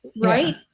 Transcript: right